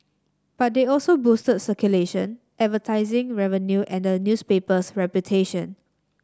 but they also boosted circulation advertising revenue and the newspaper's reputation